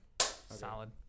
Solid